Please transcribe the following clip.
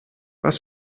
was